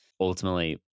ultimately